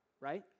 right